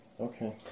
Okay